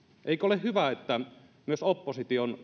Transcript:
eikö ole hyvä että myös opposition